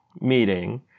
meeting